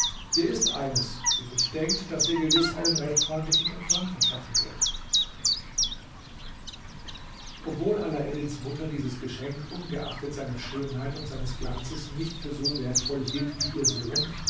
hier ist eines wie mich denkt das dir gewiß einen recht freundlichen empfang verschaffen wird obwohl alaeddins mutter dieses geschenk ungeachtet seiner schönheit und seines glanzes nicht für so wertvoll hielt wie ihr sohn